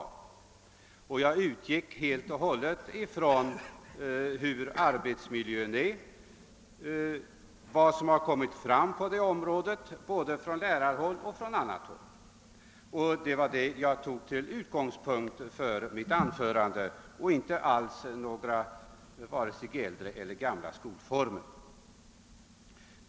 Jag utgick i mitt anförande helt och hållet från hur arbetsmiljön är enligt vad som har kommit fram både från lärarhåll och från annat håll och tog inte alls vare sig äldre eller gamla skolformer till utgångspunkt för mitt anförande.